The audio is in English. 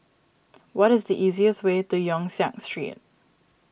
what is the easiest way to Yong Siak Street